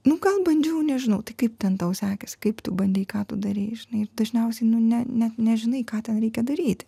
nu gal bandžiau nežinau tai kaip ten tau sekėsi kaip tu bandei ką tu darei ir žinai ir dažniausiai nu ne net nežinai ką ten reikia daryti